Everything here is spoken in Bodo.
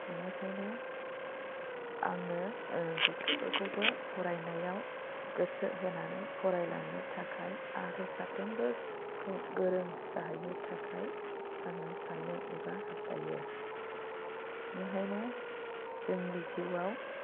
बेनिखायनो आङो गथ'फोरखौबो फरायनायाव गोसो होनानै फरायलांनो थाखाय आरो साफ्रोमबोखौ गोरों जाहैनो थाखाय आङो सानो एबा हास्थायो ओंखायनो जोंनि जिउआव